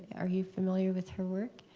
are you familiar with her work?